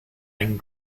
and